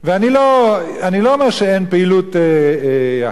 אני לא אומר שאין פעילות אחרת,